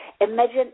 imagine